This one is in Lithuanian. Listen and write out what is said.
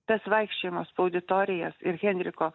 tas vaikščiojimas po auditorijas ir henriko